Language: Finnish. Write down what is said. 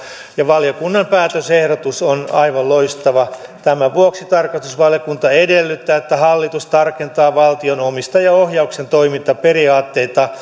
ja valiokunnan päätösehdotus on aivan loistava tämän vuoksi tarkastusvaliokunta edellyttää että hallitus tarkentaa valtion omistajaohjauksen toimintaperiaatteita